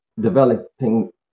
developing